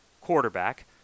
quarterback